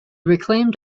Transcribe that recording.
reclaimed